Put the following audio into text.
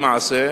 למעשה,